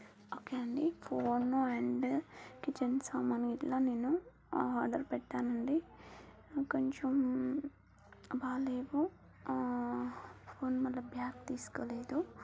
okay అండి phone and kitchen సామాను గిట్లా నేను ఆర్డర్ పెట్టానండి కొంచెం బాగాలేవు ఫోన్ మళ్ళీ బ్యాక్ తీసుకోలేదు